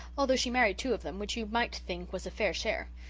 although she married two of them, which you might think was a fair share.